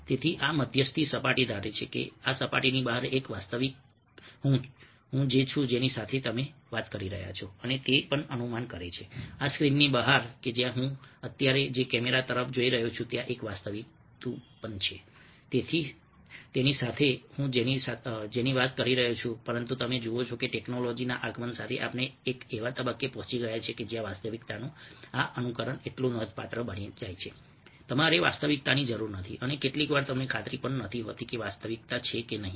તેથી આ મધ્યસ્થી સપાટી ધારે છે કે આ સપાટીની બહાર એક વાસ્તવિક હું છે જેની સાથે તમે વાત કરી રહ્યા છો અને તે પણ અનુમાન કરે છે કે આ સ્ક્રીનની બહાર હું અત્યારે જે કૅમેરા તરફ જોઈ રહ્યો છું ત્યાં એક વાસ્તવિક તું છે તેની સાથે હું જેની વાત કરી રહ્યો છું પરંતુ તમે જુઓ છો કે ટેક્નોલોજીના આગમન સાથે આપણે એક એવા તબક્કે પહોંચી ગયા છીએ જ્યાં વાસ્તવિકતાનું આ અનુકરણ એટલું નોંધપાત્ર બની જાય છે કે તમારે વાસ્તવિકતાની જરૂર નથી અને કેટલીકવાર તમને ખાતરી પણ નથી હોતી કે વાસ્તવિક છે કે નહીં